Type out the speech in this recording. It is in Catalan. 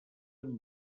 amb